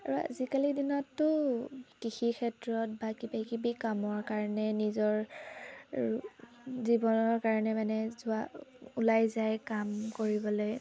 আৰু আজিকালি দিনতটো কৃষি ক্ষেত্ৰত বা কিবাকিবি কামৰ কাৰণে নিজৰ জীৱনৰ কাৰণে মানে যোৱা ওলাই যায় কাম কৰিবলৈ